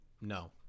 no